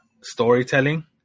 storytelling